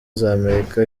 z’amerika